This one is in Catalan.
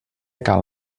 cal